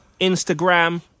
Instagram